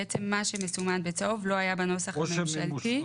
בעצם מה שמסומן בצהוב לא היה בנוסח הממשלתי.